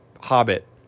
hobbit